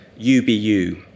UBU